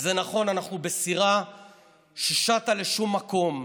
זה נכון, אנחנו בסירה ששטה לשום מקום,